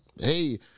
hey